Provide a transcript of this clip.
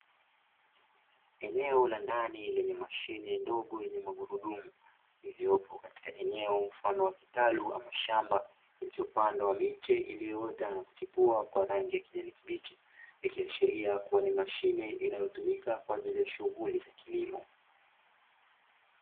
Eneo ka ndani lenye mashine ndogo yenye magurudumu iliyopo katika eneo mfano wa kitaku, ambalo ni shamba lililooandwa miche na kuchipua kwa rangi ya kijani kibichi, ikiashiria kuwa ni mashine inayotumika kwa ajili ya shughuli za kilimo.